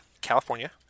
California